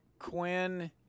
Quinn